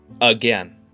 again